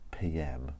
pm